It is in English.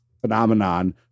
phenomenon